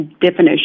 definition